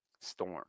Storm